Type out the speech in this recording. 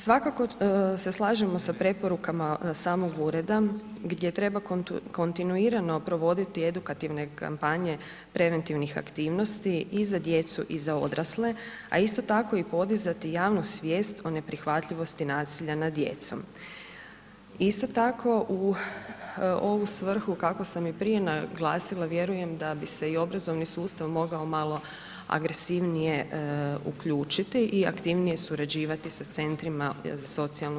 Svakako se slažemo sa preporukama samog ureda gdje treba kontinuirano provoditi edukativne kampanje preventivnih aktivnosti i za djecu i za odrasle a isto tako i podizati javnu svijest o neprihvatljivosti nasilja nad djecom, isto tako u ovu svrhu kako sam i prije naglasila, vjerujem da bi se i obrazovni sustav mogao malo agresivnije uključiti i aktivnije surađivati sa CZSS-ima.